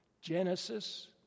Genesis